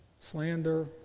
slander